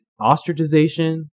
ostracization